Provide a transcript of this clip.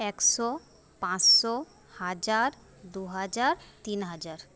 একশো পাঁচশো হাজার দুহাজার তিন হাজার